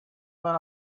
when